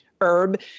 herb